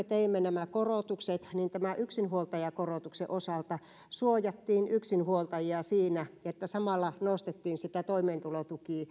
teimme nämä korotukset niin yksinhuoltajakorotuksen osalta suojattiin yksinhuoltajia sillä että samalla nostettiin toimeentulotuen